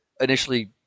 initially